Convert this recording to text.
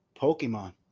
Pokemon